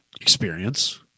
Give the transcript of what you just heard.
experience